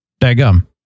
Dagum